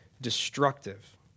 destructive